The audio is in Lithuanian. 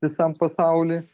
visam pasauly